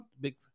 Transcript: big